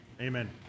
amen